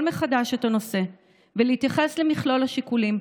מחדש את הנושא ולהתייחס למכלול השיקולים.